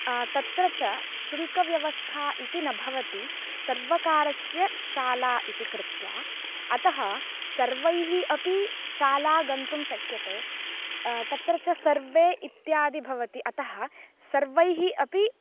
तत्र च शुल्कव्यवस्था इति न भवति सर्वकारस्य शाला इति कृत्वा अतः सर्वैः अपि शाला गन्तुं शक्यते तत्र च सर्वे इत्यादि भवति अतः सर्वैः अपि